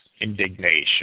indignation